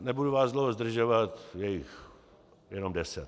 Nebudu vás dlouho zdržovat, je jich jenom deset.